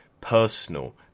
personal